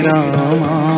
Rama